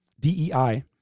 DEI